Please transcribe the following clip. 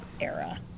era